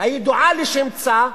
הידועה לשמצה,